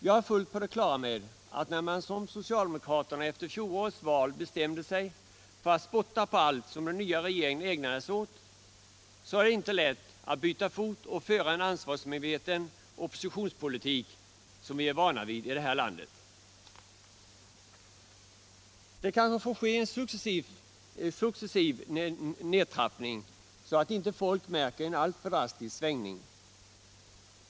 Jag är fullt på det klara med att när man som socialdemokraterna efter fjolårets val bestämt sig för att spotta på allt som den nya regeringen ägnar sig åt, så är det inte lätt att byta fot och föra en ansvarsmedveten oppositionspolitik som vi är vana vid i det här landet. Det kanske får ske en successiv nedtrappning, så att inte folk märker en alltför drastisk svängning.